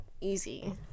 easy